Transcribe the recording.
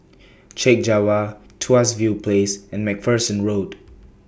Chek Jawa Tuas View Place and MacPherson Road